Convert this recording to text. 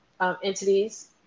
entities